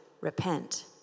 Repent